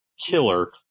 killer